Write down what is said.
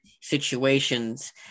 situations